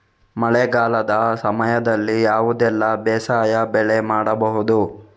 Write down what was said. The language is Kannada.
ಮಳೆಗಾಲದ ಸಮಯದಲ್ಲಿ ಯಾವುದೆಲ್ಲ ಬೇಸಾಯ ಬೆಳೆ ಮಾಡಬಹುದು?